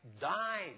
died